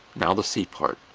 now the c part.